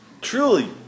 Truly